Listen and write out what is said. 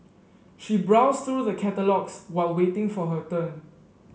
she browsed through the catalogues while waiting for her turn